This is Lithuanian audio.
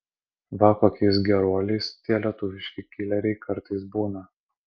va kokiais geruoliais tie lietuviški kileriai kartais būna